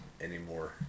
anymore